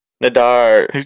Nadar